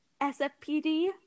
SFPD